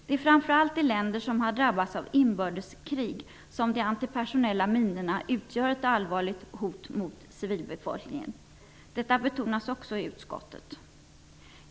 Det är framför allt i länder som har drabbats av inbördeskrig som de antipersonella minorna utgör ett allvarligt hot mot civilbefolkningen. Detta betonas också i utskottet.